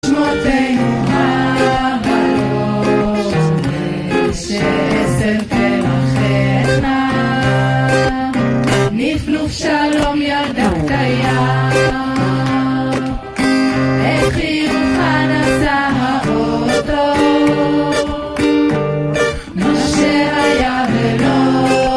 נשמותינו הבלות שם דשא עשב תלחכנה. נפנוף שלום ילדה פתיה, את חיוכה נשא האוטו, מה שהיה ולא...